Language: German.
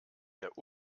der